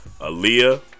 Aaliyah